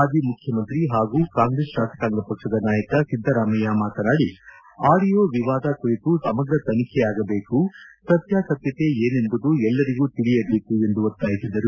ಮಾಜಿ ಮುಖ್ಯಮಂತ್ರಿ ಹಾಗೂ ಕಾಂಗ್ರೆಸ್ ಶಾಸಕಾಂಗ ಪಕ್ಷದ ನಾಯಕ ಸಿದ್ದರಾಮಯ್ಯ ಮಾತನಾಡಿ ಆಡಿಯೋ ವಿವಾದ ಕುರಿತು ಸಮಗ್ರ ತನಿಖೆ ಆಗಬೇಕು ಸತ್ಯಾಸತ್ಯತೆ ಏನೆಂಬುದು ಎಲ್ಲರಿಗೂ ತಿಳಿಯಬೇಕು ಎಂದು ಒತ್ತಾಯಿಸಿದರು